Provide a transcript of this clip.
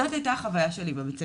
זאת הייתה החוויה שלי בבית הספר.